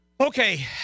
Okay